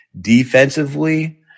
defensively